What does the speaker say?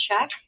check